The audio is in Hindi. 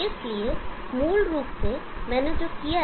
इसलिए मूल रूप से मैंने जो किया है